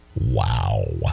Wow